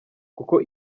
kuko